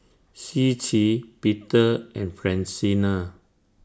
Ciji Peter and Francina